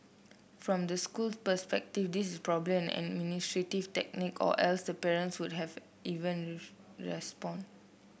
from the school's perspective this is probably an administrative tactic or else the parents would have even respond